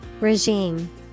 regime